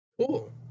cool